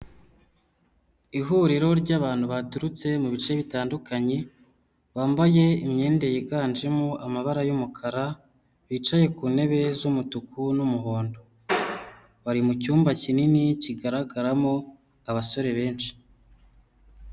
Ihuriro ry'abantu baturutse mu bice bitandukanye, bambaye imyenda yiganjemo amabara y'umukara, bicaye ku ntebe z'umutuku n'umuhondo. Bari mu cyumba kinini kigaragaramo abasore benshi.